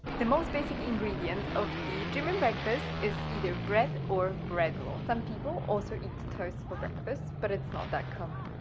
the most basic ingredient of the german breakfast is either bread or bread roll. some people also eat toast for breakfast but it's not that common.